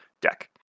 deck